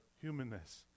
humanness